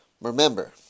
remember